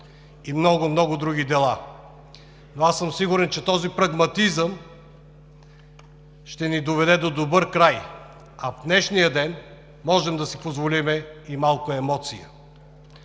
и много, много други дела, но аз съм сигурен, че този прагматизъм ще ни доведе до добър край. А в днешния ден можем да си позволим и малко емоция.